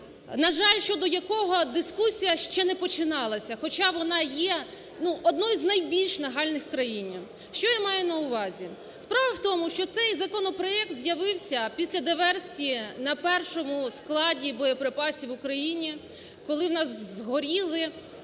на жаль, щодо якого дискусія ще не починалася, хоча вона є однією з найбільш нагальних в країні. Що я маю на увазі? Справа в тому, що цей законопроект з'явився після диверсії на першому складі боєприпасів в Україні, коли у нас згоріла